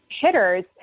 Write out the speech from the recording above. hitters